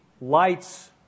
lights